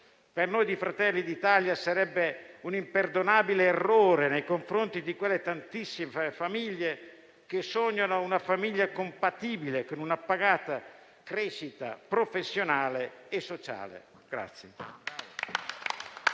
Per noi di Fratelli d'Italia sarebbe un imperdonabile errore nei confronti di quelle tantissime famiglie che sognano una famiglia compatibile con un'appagata crescita professionale e sociale.